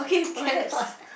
cannot